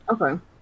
Okay